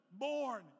born